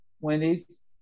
Wendy's